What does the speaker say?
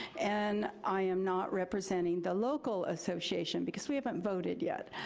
and i am not representing the local association because we haven't voted yet.